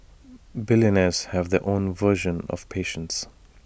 billionaires have their own version of patience